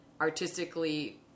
artistically